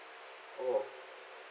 oh